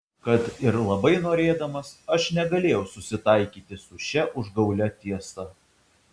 kad ir labai norėdamas aš negalėjau susitaikyti su šia užgaulia tiesa